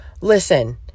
listen